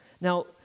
Now